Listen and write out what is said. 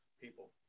people